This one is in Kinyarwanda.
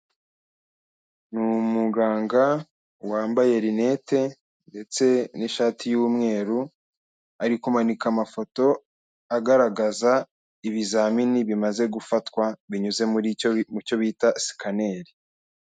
Ni umuganga wambaye linete ndetse n'ishati y'umweru, ari kumanika amafoto agaragaza ibizamini bimaze gufatwa binyuze muri mucyo bita sikaneri.